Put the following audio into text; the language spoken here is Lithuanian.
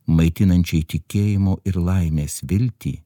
maitinančiai tikėjimo ir laimės viltį